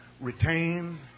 retain